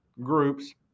groups